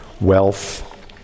wealth